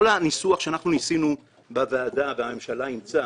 כל הניסוח שאנחנו ניסינו בוועדה, והממשלה אימצה,